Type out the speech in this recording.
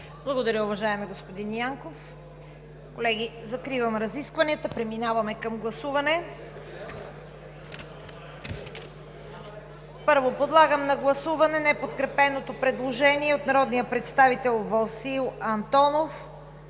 Благодаря Ви, уважаеми господин Янков. Колеги, закривам разискванията. Преминаваме към гласуване. Първо, подлагам на гласуване неподкрепеното предложение от народния представител Васил Антонов